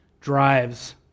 drives